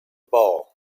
ball